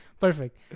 perfect